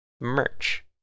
merch